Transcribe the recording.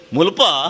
Mulpa